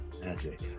Magic